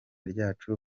ryacu